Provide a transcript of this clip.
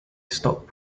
stock